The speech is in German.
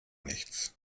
nichts